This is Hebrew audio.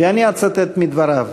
ואני אצטט מדבריו: